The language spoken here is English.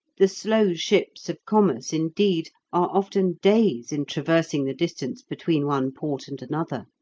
the slow ships of commerce, indeed, are often days in traversing the distance between one port and another,